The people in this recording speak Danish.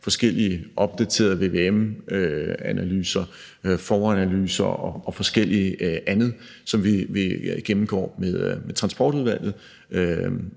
forskellige opdaterede vvm-analyser, foranalyser og forskelligt andet, som vi gennemgår med Transportudvalget,